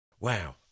Wow